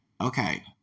Okay